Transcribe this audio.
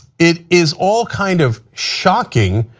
it is all kind of shocking.